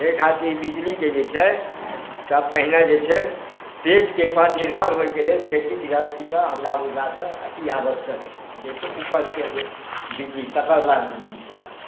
ताहि खातिर बिजली के जे छै स पहीने जे छै पेट के पर निर्भर होइ के लेल खेती गृहस्थी के हमरा बुझला सॅं अती आवश्यक छै जाहि सॅं उपज सॅं जे बिजली तकरबाद बिजली के आवश्यकता छय